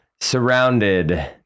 surrounded